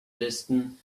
listen